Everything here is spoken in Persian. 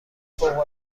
فوق